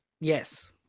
Yes